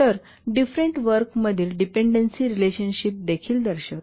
तर different work मधील dependency relationship देखील दर्शवितात